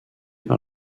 par